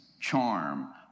charm